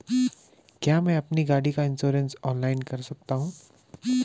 क्या मैं अपनी गाड़ी का इन्श्योरेंस ऑनलाइन कर सकता हूँ?